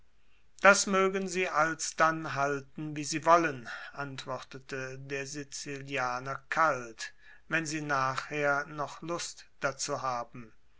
das mögen sie alsdann halten wie sie wollen antwortete der sizilianer kalt wenn sie nachher noch lust dazu haben